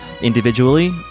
individually